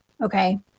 Okay